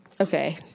Okay